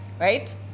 right